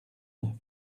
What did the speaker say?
neuf